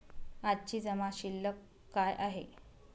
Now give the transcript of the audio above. आजची जमा शिल्लक काय आहे?